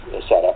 setup